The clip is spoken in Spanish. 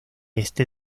este